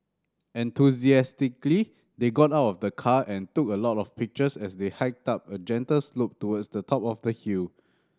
enthusiastically they got out of the car and took a lot of pictures as they hiked up a gentle slope towards the top of the hill